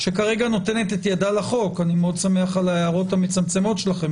שכרגע נותנת ידה לחוק אני מאוד שמח על ההערות המצמצמות שלכם,